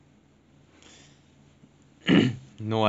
no idea also they haven't tell me